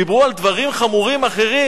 דיברו על דברים חמורים אחרים,